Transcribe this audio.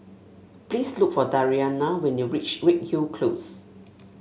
please look for Dariana when you reach Redhill Close